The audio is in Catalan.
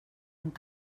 algun